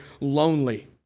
lonely